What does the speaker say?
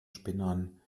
spinnern